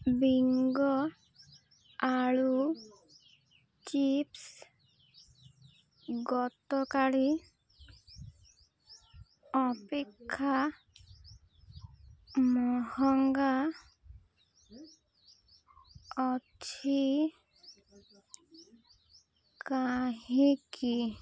Bingo ଆଳୁ chips ଗତକାଲି ଅପେକ୍ଷା ମହଙ୍ଗା ଅଛି କାହିଁକି